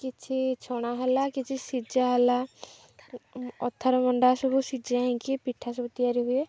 କିଛି ଛଣା ହେଲା କିଛି ସିଝା ହେଲା ଅଥାର ମଣ୍ଡା ସବୁ ସିଝା ହେଇଁକି ପିଠା ସବୁ ତିଆରି ହୁଏ